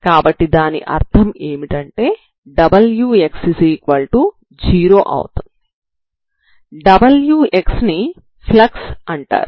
కాబట్టి దాని అర్థం ఏమిటంటే wx0 అవుతుంది wxని ఫ్లక్స్ అంటారు